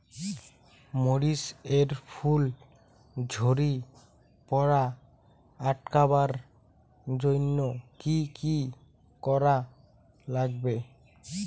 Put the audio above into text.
মরিচ এর ফুল ঝড়ি পড়া আটকাবার জইন্যে কি কি করা লাগবে?